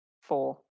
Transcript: Four